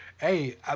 Hey